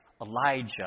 Elijah